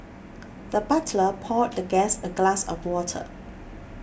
the butler poured the guest a glass of water